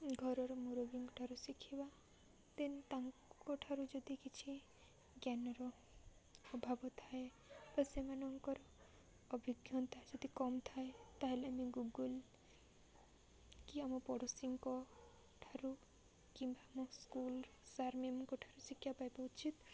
ଘରର ମୁରବିଙ୍କ ଠାରୁ ଶିଖିବା ଦେନ୍ ତାଙ୍କ ଠାରୁ ଯଦି କିଛି ଜ୍ଞାନର ଅଭାବ ଥାଏ ବା ସେମାନଙ୍କର ଅଭିଜ୍ଞତା ଯଦି କମ୍ ଥାଏ ତା'ହେଲେ ଆମେ ଗୁଗୁଲ୍ କି ଆମ ପଡ଼ୋଶୀଙ୍କ ଠାରୁ କିମ୍ବା ଆମ ସ୍କୁଲ୍ ସାର୍ ମ୍ୟାମ୍ଙ୍କ ଠାରୁ ଶିକ୍ଷା ପାଇବା ଉଚିତ୍